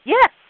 Yes